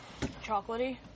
Chocolatey